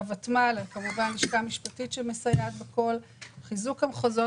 עובדים בותמ"ל לצורך חיזוק המחוזות.